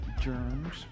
germs